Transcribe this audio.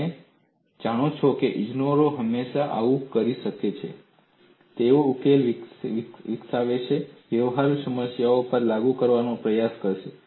તમે જાણો છો કે ઇજનેરો હંમેશા આવું કામ કરે છે તેઓ ઉકેલ વિકસાવશે વ્યવહારુ સમસ્યાઓ પર લાગુ કરવાનો પ્રયાસ કરશે